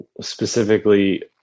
specifically